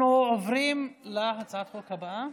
אנחנו עוברים להצעת החוק הבאה,